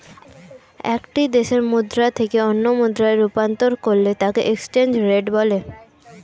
একটি দেশের মুদ্রা থেকে অন্য মুদ্রায় রূপান্তর করলে তাকেএক্সচেঞ্জ রেট বলে